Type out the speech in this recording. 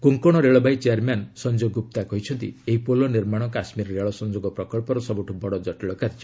Konkan railway chairman Sanjay Gupta କହିଛନ୍ତି ଏହି ପୋଲ ନିର୍ମାଣ କାଶ୍ମୀର ରେଳ ସଂଯୋଗ ପ୍ରକଳ୍ପର ସବୁଠୁ ବଡ଼ ଜଟୀଳ କାର୍ଯ୍ୟ